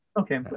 Okay